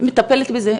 היא מטפלת בזה,